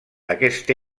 aquest